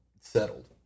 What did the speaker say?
settled